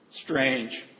Strange